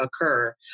occur